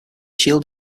shield